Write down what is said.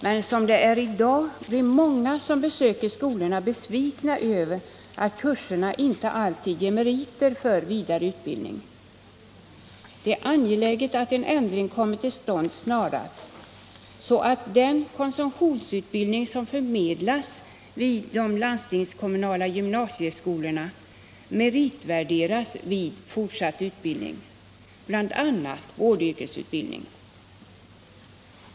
Men som det är i dag blir många som besöker skolorna besvikna över att kurserna inte alltid ger meriter för vidare utbildning. Det är angeläget att en ändring kommer till stånd snarast, så att den konsumtionsutbildning som förmedlas vid de landstingskommunala gymnasieskolorna meritvärderas vid fortsatt utbildning, bl.a. till vårdyrkesutbildning.